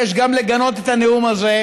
אז אני מבקש גם לגנות את הנאום הזה,